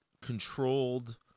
controlled